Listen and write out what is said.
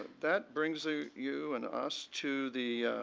that brings you you and us to the